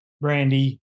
Brandy